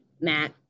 Matt